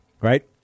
Right